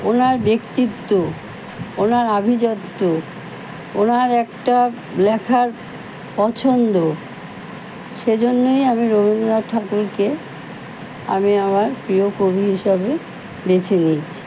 ওনার ব্যক্তিত্ব ওনার আভিজাত্য ওনার একটা লেখার পছন্দ সেজন্যই আমি রবীন্দ্রনাথ ঠাকুরকে আমি আমার প্রিয় কবি হিসাবে বেছে নিয়েছি